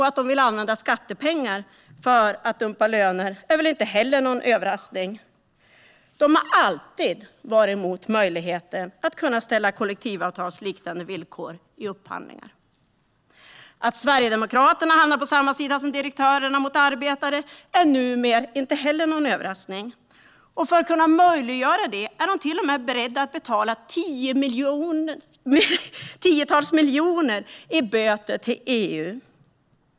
Att de vill använda skattepengar för att dumpa löner är väl inte heller någon överraskning. De har alltid varit emot möjligheten att ställa kollektivavtalsliknande villkor i upphandlingar. Att Sverigedemokraterna hamnar på samma sida som direktörerna mot arbetare är numera inte heller någon överraskning. För att kunna möjliggöra det är de till och med beredda att betala tiotals miljoner i böter till EU.